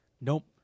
Nope